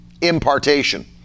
impartation